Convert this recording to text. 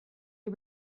you